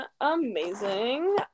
amazing